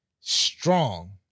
strong